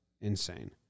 insane